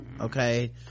okay